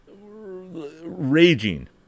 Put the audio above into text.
raging